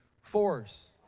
force